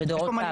לדורותיו.